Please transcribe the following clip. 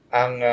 ang